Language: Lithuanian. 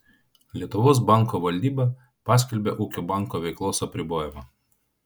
lietuvos banko valdyba paskelbė ūkio banko veiklos apribojimą